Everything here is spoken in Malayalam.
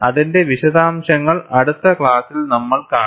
അതിന്റെ വിശദാംശങ്ങൾ അടുത്ത ക്ലാസ്സിൽ നമ്മൾ കാണും